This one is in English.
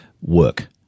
work